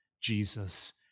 Jesus